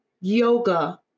yoga